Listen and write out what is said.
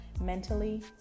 mentally